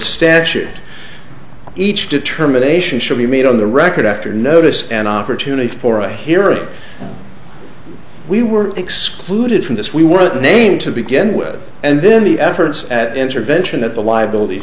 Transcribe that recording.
statute each determination should be made on the record after notice an opportunity for a hearing we were excluded from this we were named to begin with and then the efforts at intervention at the liabilit